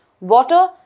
water